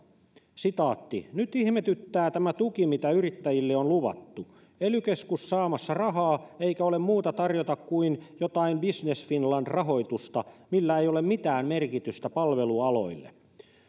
nyt ihmetyttää tämä tuki mitä yrittäjille on luvattu ely keskus saamassa rahaa eikä ole muuta tarjota kuin jotain business finland rahoitusta millä ei ole mitään merkitystä palvelualoille